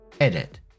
Edit